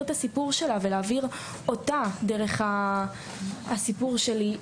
את הסיפור שלה ולהעביר אותה דרך הסיפור שלי.